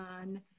on